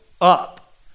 up